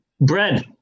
Bread